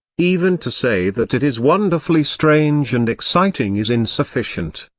even to say that it is wonderfully strange and exciting is insufficient.